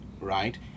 right